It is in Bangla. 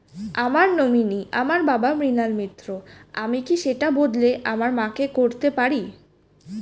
আমার নমিনি আমার বাবা, মৃণাল মিত্র, আমি কি সেটা বদলে আমার মা কে করতে পারি?